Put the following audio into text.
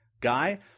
guy